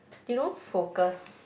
they don't focus